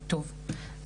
טוב,